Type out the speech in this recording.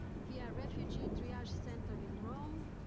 via refugee triage center in rome,